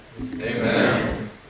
Amen